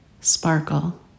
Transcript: sparkle